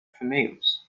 females